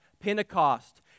Pentecost